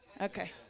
Okay